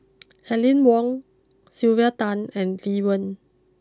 Aline Wong Sylvia Tan and Lee Wen